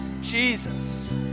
Jesus